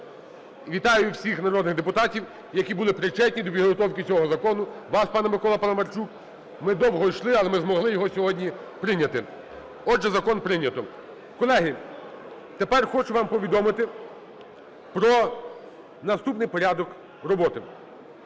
Вітаю всіх народних депутатів, які були причетні до підготовки цього закону, вас, пане Миколо Паламарчук. Ми довго йшли, але ми змогли його сьогодні прийняти. Отже, закон прийнято. Колеги, тепер хочу вам повідомити про наступний порядок роботи.